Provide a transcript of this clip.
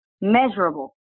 measurable